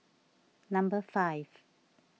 number five